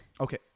Okay